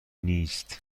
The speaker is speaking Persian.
نیست